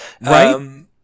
Right